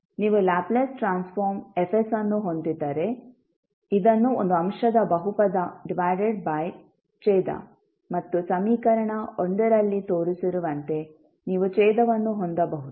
ನೀವು Laplace transform F ಅನ್ನು ಹೊಂದಿದ್ದರೆ ಇದನ್ನು ಒಂದು ಅಂಶದ ಬಹುಪದ ಡಿವೈಡೆಡ್ ಬೈ ಛೇದ ಮತ್ತು ಸಮೀಕರಣ ನಲ್ಲಿ ತೋರಿಸಿರುವಂತೆ ನೀವು ಛೇದವನ್ನು ಹೊಂದಬಹುದು